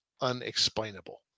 unexplainable